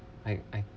I I